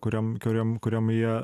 kuriom kuriom kuriom jie